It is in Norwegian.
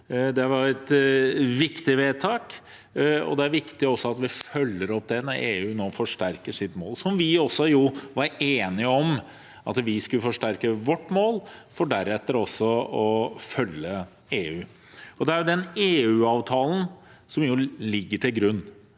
Det var et viktig vedtak, og det er viktig at vi følger opp det når EU nå forsterker sitt mål, noe vi var enige om: at vi skulle forsterke vårt mål, for deretter å følge EU. Det er den EU-avtalen som ligger til grunn.